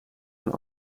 zijn